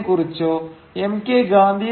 Das കുറിച്ചോ M K ഗാന്ധിയെ M